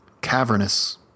Cavernous